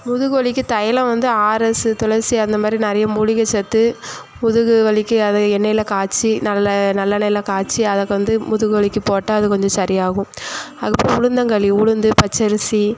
முதுகு வலிக்கு தைலம் வந்து ஆர்எஸ்ஸு துளசி அந்தமாதிரி நிறைய மூலிகை சேர்த்து முதுகு வலிக்கு அதை எண்ணெய்ல காய்ச்சி நல்ல நல்லெண்ணெய்ல காய்ச்சி அதைக் வந்து முதுகு வலிக்கு போட்டால் அது கொஞ்சம் சரியாகும் அதுக்கப்புறம் உளுந்தங்களி உளுந்து பச்சரிசி